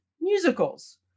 musicals